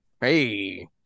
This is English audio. Hey